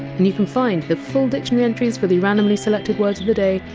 and you can find the full dictionary entries for the randomly selected words of the day,